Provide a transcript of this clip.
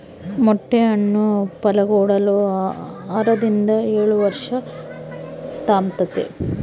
ಮೊಟ್ಟೆ ಹಣ್ಣು ಫಲಕೊಡಲು ಆರರಿಂದ ಏಳುವರ್ಷ ತಾಂಬ್ತತೆ